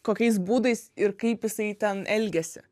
kokiais būdais ir kaip jisai ten elgiasi